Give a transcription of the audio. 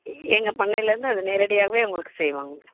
எங்கள் பண்ணையிலருந்தே அதை நேரடியாகவே உங்களுக்கு செய்வாங்க மேடம்